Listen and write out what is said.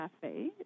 cafe